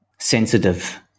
sensitive